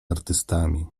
artystami